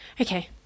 okay